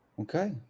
Okay